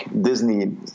Disney